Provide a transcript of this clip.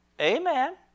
Amen